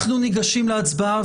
אנחנו ניגשים להצבעה.